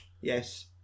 Yes